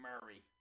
Murray